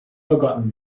forgotten